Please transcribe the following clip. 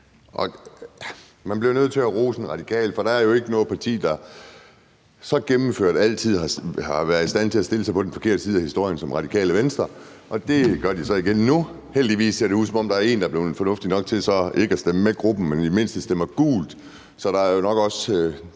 Man bliver nødt til at rose Radikale, for der er jo ikke noget parti, der så gennemført altid har været i stand til at stille sig på den forkerte side af historien, som Radikale Venstre, og det gør de så igen nu. Heldigvis ser det ud, som om der er en, der er blevet fornuftig nok til så ikke at stemme med gruppen, men i det mindste stemmer gult. Så der er håb